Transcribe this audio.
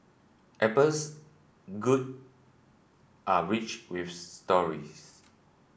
Apple's goods are rich with stories